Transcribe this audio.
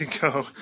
go